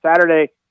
Saturday